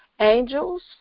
angels